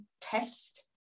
test